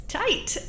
tight